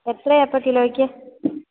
എത്രയാണ് ഇപ്പോള് കിലോയ്ക്ക്